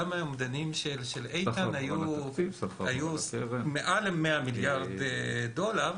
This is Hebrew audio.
גם האומדנים של איתן היו מעל 100 מיליארד דולר.